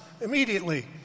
immediately